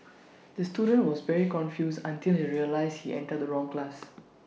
the student was very confused until he realised he entered the wrong class